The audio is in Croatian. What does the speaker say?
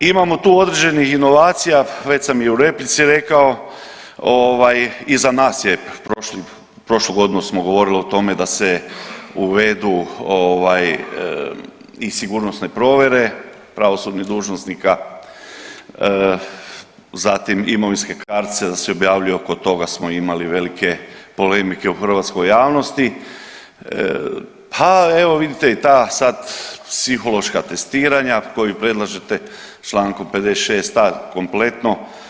Imamo tu određenih inovacija, već sam i u replici rekao ovaj iza nas je prošlu, prošlu godinu smo govorili o tome da se uvedu ovaj i sigurnosne provjere pravosudnih dužnosnika, zatim imovinske kartice da se objavljuju, oko toga smo imali velike polemike u hrvatskoj javnosti, pa evo vidite i ta sad psihološka testiranja koja predlažete čl. 56.a. kompletno.